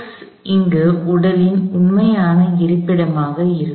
x இங்கு உடலின் உண்மையான இருப்பிடமாக இருக்கும்